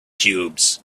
cubes